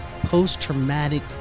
post-traumatic